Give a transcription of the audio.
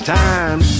time